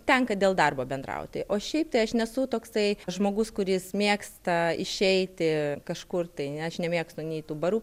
tenka dėl darbo bendrauti o šiaip tai aš nesu toksai žmogus kuris mėgsta išeiti kažkur tai aš nemėgstu nei tų barų